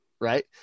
right